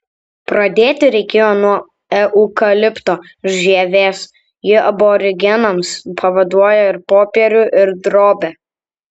pradėti reikėjo nuo eukalipto žievės ji aborigenams pavaduoja ir popierių ir drobę